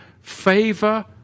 Favor